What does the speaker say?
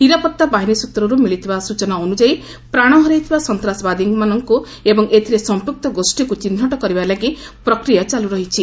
ନିରାପତ୍ତା ବାହିନୀ ସୃତ୍ରରୁ ମିଳିଥିବା ସୂଚନା ଅନୁଯାୟୀ ପ୍ରାଣ ହରାଇଥିବା ସନ୍ତାସବାଦୀମାନଙ୍କୁ ଏବଂ ଏଥିରେ ସମ୍ପ୍ରକ୍ତ ଗୋଷ୍ଠୀକୁ ଚିହ୍ନଟ କରିବା ଲାଗି ପ୍ରକ୍ରିୟା ଚାଲୁ ରହିଛି